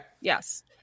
Yes